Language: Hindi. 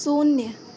शून्य